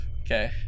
okay